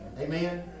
Amen